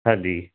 ਹਾਂਜੀ